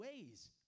ways